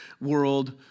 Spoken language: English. world